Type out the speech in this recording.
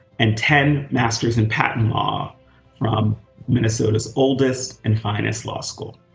and ten masters in patent law from minnesota's oldest and finest law school.